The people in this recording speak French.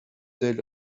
del